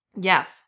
Yes